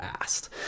asked